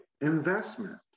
investment